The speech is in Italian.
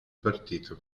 partito